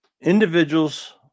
Individuals